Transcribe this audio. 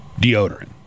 deodorant